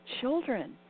children